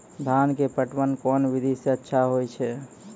धान के पटवन कोन विधि सै अच्छा होय छै?